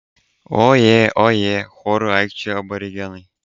oje oje choru aikčiojo aborigenai